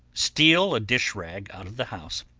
steal a dish-rag out of the house,